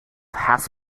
has